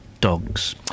dogs